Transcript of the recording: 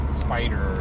spider